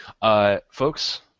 Folks